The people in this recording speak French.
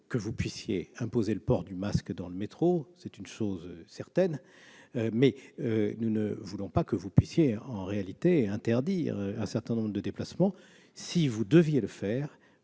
que vous puissiez imposer le port du masque dans le métro, bien sûr, mais nous ne voulons pas que vous puissiez interdire un certain nombre de déplacements. Si vous devez le faire,